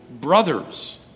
brothers